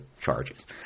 charges